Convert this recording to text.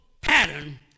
pattern